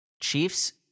Chiefs